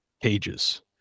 pages